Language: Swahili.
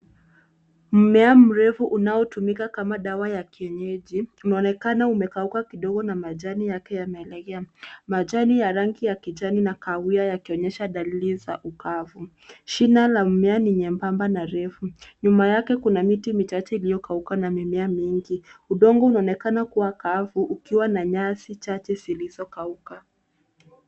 Mmea mrefu unaotumika kama dawa ya kienyeji unaonekana umekauka kidogo na majani yake yamelegea. Majani ya rangi ya kijani na kahawia ykionyesha dalili za ukavu. Shina la mmea ni nyembamba na refu. Nyuma yake kuna miti michache iliyokauka na mimea miwili. Udongo unaonekana kuwa kavu ukiwa na nyasi chache zilizokauka.